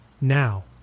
Now